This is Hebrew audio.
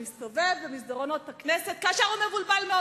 שמסתובב במסדרונות הכנסת כאשר הוא מבולבל מאוד,